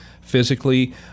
physically